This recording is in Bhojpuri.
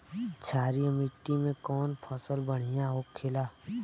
क्षारीय मिट्टी में कौन फसल बढ़ियां हो खेला?